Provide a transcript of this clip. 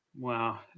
Wow